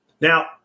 Now